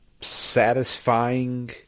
satisfying